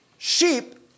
sheep